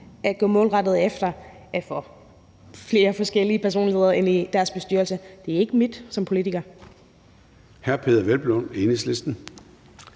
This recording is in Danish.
at gå målrettet efter at få flere forskellige personligheder ind i deres bestyrelse, og ikke min som politiker.